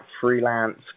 freelance